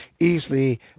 easily